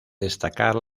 destacar